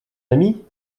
amis